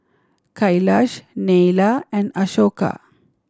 Kailash Neila and Ashoka